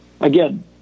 again